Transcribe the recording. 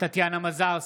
טטיאנה מזרסקי,